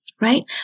right